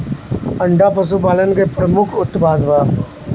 अंडा पशुपालन के प्रमुख उत्पाद बा